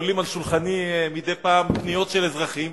עולות על שולחני מדי פעם פניות של אזרחים,